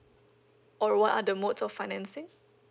or what are the mode of financing